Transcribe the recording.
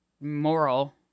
moral